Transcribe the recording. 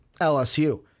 LSU